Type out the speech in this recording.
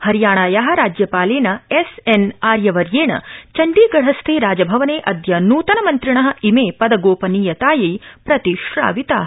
हरियाणाया राज्यपालेन एसएन् आर्य वर्येण चण्डीगढस्थे राजभवने अदय नूतनमन्त्रिण इमे पदगोपनीयतायै प्रतिश्राविता